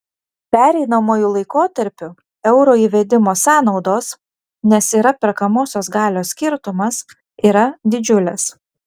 pereinamuoju laikotarpiu euro įvedimo sąnaudos nes yra perkamosios galios skirtumas yra didžiulės